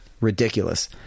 Ridiculous